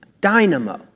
Dynamo